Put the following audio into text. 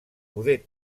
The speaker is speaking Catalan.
poder